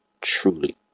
truly